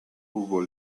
hugo